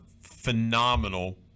phenomenal